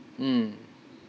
mm